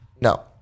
No